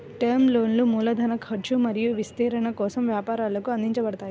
term లోన్లు మూలధన ఖర్చు మరియు విస్తరణ కోసం వ్యాపారాలకు అందించబడతాయి